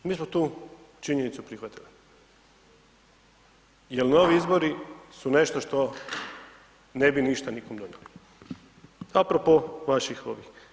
Mi smo tu činjenicu prihvatili, jel novi izbori su nešto što ne bi ništa nikom donijeli apro po ovih vaših ovih.